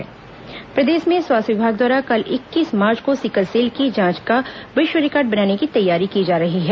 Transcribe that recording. sickle cell जांच प्रदेश में स्वास्थ्य विभाग द्वारा कल इक्कीस मार्च को सिकलसेल की जांच का विश्व रिकॉर्ड बनाने की तैयारी की जा रही है